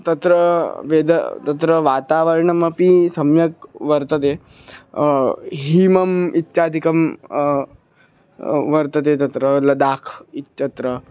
तत्र वेदः तत्र वातावरणमपि सम्यक् वर्तते हिमः इत्यादिकं वर्तते तत्र लदाक् इत्यत्र